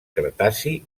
cretaci